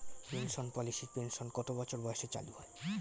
Pension পলিসির pension কত বছর বয়সে চালু হয়?